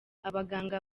abaganga